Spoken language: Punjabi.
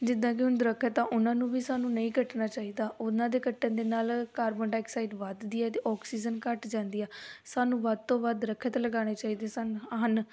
ਜਿੱਦਾਂ ਕਿ ਹੁਣ ਦਰੱਖਤ ਆ ਉਹਨਾਂ ਨੂੰ ਵੀ ਸਾਨੂੰ ਨਹੀਂ ਕੱਟਣਾ ਚਾਹੀਦਾ ਉਹਨਾਂ ਦੇ ਕੱਟਣ ਦੇ ਨਾਲ ਕਾਰਬਨ ਡਾਈਆਕਸਾਈਡ ਵੱਧਦੀ ਆ ਅਤੇ ਆਕਸੀਜਨ ਘੱਟ ਜਾਂਦੀ ਆ ਸਾਨੂੰ ਵੱਧ ਤੋਂ ਵੱਧ ਦਰੱਖਤ ਲਗਾਉਣੇ ਚਾਹੀਦੇ ਸਨ ਹਨ